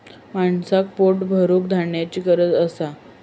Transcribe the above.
माणसाक पोट भरूक धान्याची गरज असा